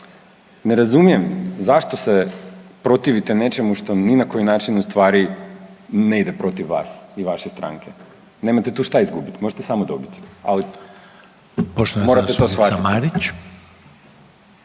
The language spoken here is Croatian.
ne razumijem zašto se protivite nečemu što ni na koji način ustvari ne ide protiv vas i vaše stranke, nemate tu šta izgubiti, možete samo dobiti, ali morate to shvatiti.